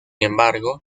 embargo